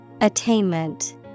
Attainment